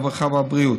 הרווחה והבריאות.